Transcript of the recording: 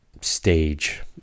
stage